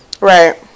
right